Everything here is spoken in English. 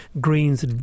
Greens